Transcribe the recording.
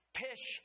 pish